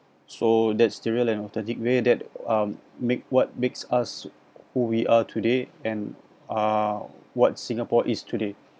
so that's the real and authentic way that um make what makes us who we are today and are what singapore is today